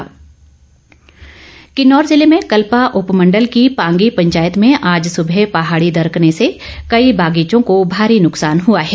भूस्खलन किन्नौर जिले में कल्पा उपमंडल की पांगी पंचायत में आज सुबह पहाड़ी दरकने से कई बागीचों को भारी नुकसान हुआ है